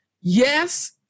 Yes